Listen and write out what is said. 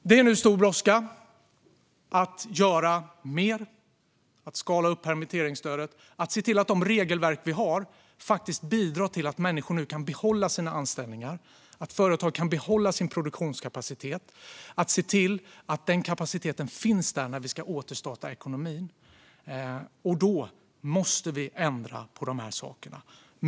Det är nu stor brådska att göra mer, att skala upp permitteringsstödet och se till att de regelverk vi har bidrar till att människor kan behålla sina anställningar och att företag kan behålla sin produktionskapacitet så att den finns där när vi ska återstarta ekonomin. Då måste vi ändra på dessa saker.